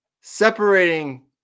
separating